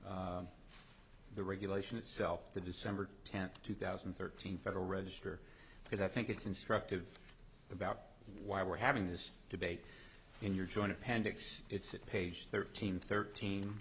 to the regulation itself the december tenth two thousand and thirteen federal register because i think it's instructive about why we're having this debate in your joint appendix it's at page thirteen thirteen